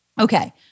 Okay